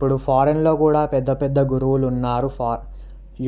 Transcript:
ఇప్పుడు ఫారెన్లో కూడా పెద్ద పెద్ద గురువులు ఉన్నారు